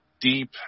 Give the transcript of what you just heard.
deep